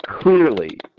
clearly